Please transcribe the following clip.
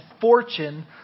fortune